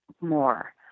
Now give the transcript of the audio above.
more